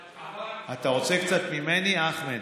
אתה רוצה קצת ממני, אחמד?